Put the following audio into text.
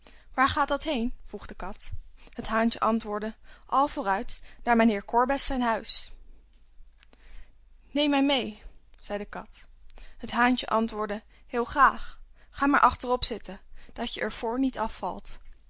waar gaat dat heên vroeg de kat het haantje antwoordde al vooruit naar mijnheer korbes zijn huis neem mij meê zei de kat het haantje antwoordde heel graâg ga maar achterop zitten dat je er voor niet afvalt